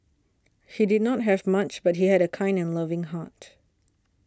he did not have much but he had a kind and loving heart